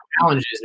challenges